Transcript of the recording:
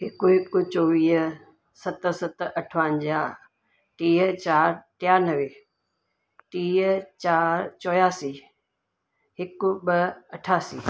हिकु हिकु चोवीह सत सत अठवंजाह टीह चारि टियानवे टीह चारि चोरियासी हिकु ॿ अठासी